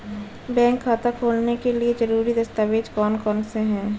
Bank खाता खोलने के लिए ज़रूरी दस्तावेज़ कौन कौनसे हैं?